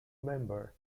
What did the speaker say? member